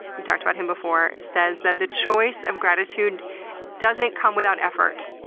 we talked about him before, says that the choice of gratitude doesn't come without effort.